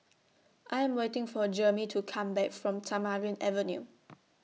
I Am waiting For Jermey to Come Back from Tamarind Avenue